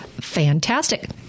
fantastic